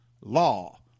law